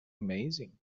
amazing